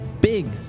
big